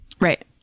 Right